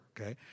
okay